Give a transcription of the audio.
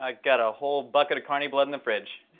i got a whole bucket of carny blood in the fridge.